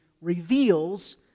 reveals